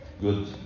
good